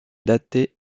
daté